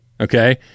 Okay